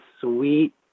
sweet